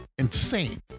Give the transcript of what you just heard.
insane